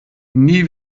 nie